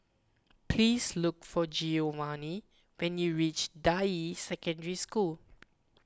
please look for Giovanny when you reach Deyi Secondary School